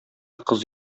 кыз